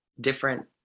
different